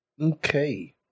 Okay